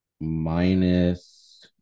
Minus